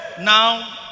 now